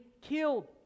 killed